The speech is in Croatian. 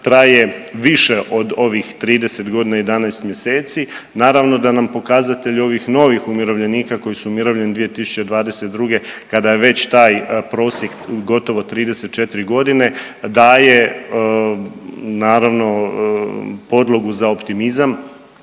traje više od ovih 30.g. i 11. mjeseci. Naravno da nam pokazatelj ovih novih umirovljenika koji su umirovljeni 2022. kada je već taj prosjek gotovo 34.g., daje naravno podlogu za optimizam